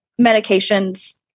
medications